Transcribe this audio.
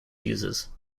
users